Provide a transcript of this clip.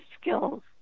skills